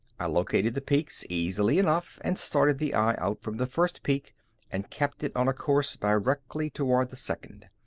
i located the peaks easily enough and started the eye out from the first peak and kept it on a course directly toward the second.